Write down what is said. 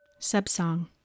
Subsong